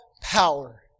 power